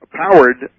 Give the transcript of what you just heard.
powered